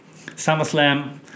SummerSlam